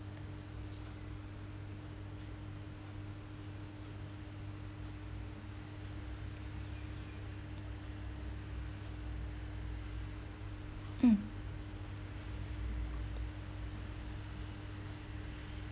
mm